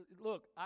look